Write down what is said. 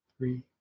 three